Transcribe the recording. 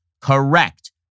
Correct